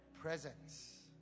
presence